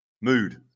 Mood